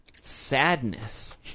Sadness